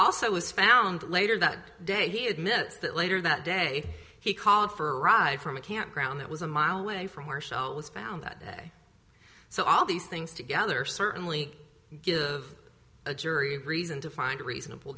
also was found later that day he admits that later that day he called for a ride from a can't ground that was a mile away from where shell was found that day so all these things together certainly give a jury reason to find reasonable